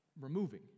removing